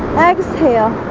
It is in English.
exhale